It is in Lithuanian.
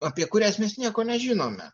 apie kurias mes nieko nežinome